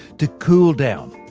to cool down,